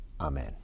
Amen